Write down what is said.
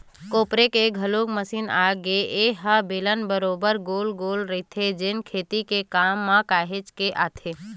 कोपरे के घलोक मसीन आगे ए ह बेलन बरोबर बने गोल के रहिथे जेन खेती के काम म काहेच के आथे